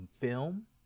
film